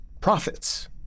profits